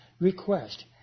request